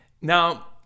Now